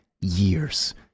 years